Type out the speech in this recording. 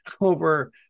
over